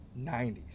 90s